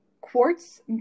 quartz